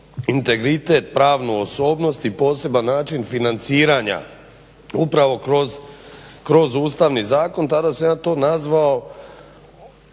integritet, pravnu osobnost i poseban način financiranja upravo kroz Ustavni zakon. Tada sam ja to nazvao